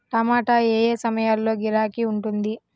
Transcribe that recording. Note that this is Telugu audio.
టమాటా ఏ ఏ సమయంలో గిరాకీ ఉంటుంది?